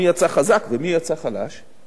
מי יצא חזק ומי יצא חלש,